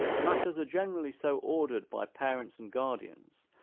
matters are generally so ordered by parents and guardians,